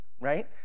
right